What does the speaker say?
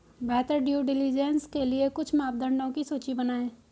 बेहतर due diligence के लिए कुछ मापदंडों की सूची बनाएं?